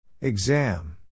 Exam